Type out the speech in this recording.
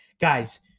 Guys